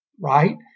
right